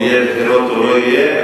אם יהיו בחירות או לא יהיו.